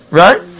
right